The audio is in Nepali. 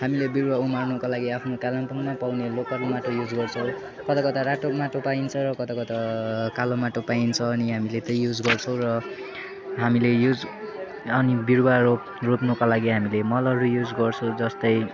हामीले बिरुवा उमार्नुको लागि आफ्नो कालिम्पोङमा पाउने लोकल माटो युज गर्छौँ कता कता रातो माटो पाइन्छ र कता कता कालो माटो पाइन्छ अनि हामीले त युज गर्छौँ र हामीले युज अनि बिरुवा रोप् रोप्नुको लागि हामीले मलहरू युज गर्छौँ जस्तै